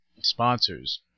sponsors